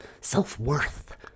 self-worth